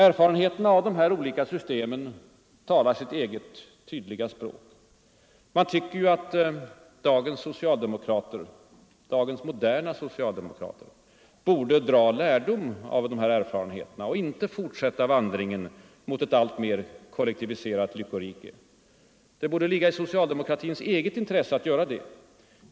Erfarenheterna av de här olika systemen talar sitt eget tydliga språk. Man tycker ju att dagens moderna socialdemokrater borde dra lärdom av dessa erfarenheter och inte fortsätta vandringen mot ett alltmer kollektiviserat lyckorike. Det borde ligga i socialdemokratins eget intresse att göra det.